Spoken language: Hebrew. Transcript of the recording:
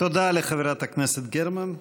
תודה לחברת הכנסת גרמן.